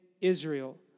Israel